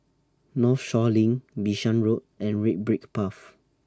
Northshore LINK Bishan Road and Red Brick Path